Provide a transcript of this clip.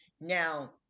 Now